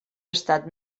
estat